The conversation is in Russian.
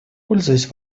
пользуясь